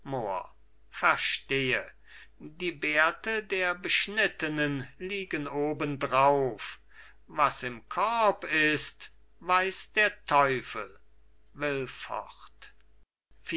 verstehe die bärte der beschnittenen liegen obendrauf was im korb ist weiß der teufel will fort